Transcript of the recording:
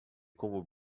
como